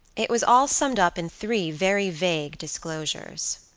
it was all summed up in three very vague disclosures